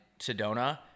Sedona